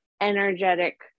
energetic